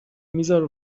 میذاره